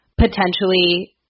potentially